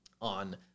on